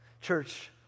Church